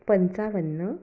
पंचावन्न